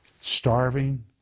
starving